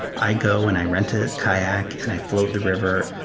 i go and i rent a kayak and i float the river,